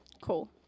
Cool